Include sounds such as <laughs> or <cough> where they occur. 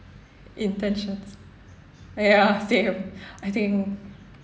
intentions ya <laughs> same I think